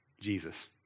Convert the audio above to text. Jesus